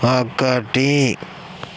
ఒకటి